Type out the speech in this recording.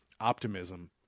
optimism